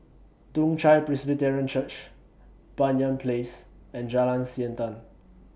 Toong Chai Presbyterian Church Banyan Place and Jalan Siantan